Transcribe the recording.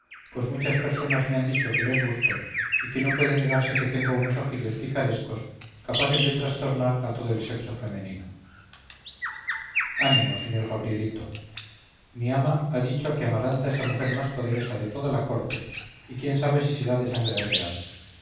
pues muchas personas me han dicho que les gusto y que no puede negarse que tengo unos ojillos picarescos capaces de trastornar a todo el sexo femenino ánimo sr gabrielito mi ama ha dicho que amaranta es la mujer más poderosa de toda la corte y quién sabe si será de sangre real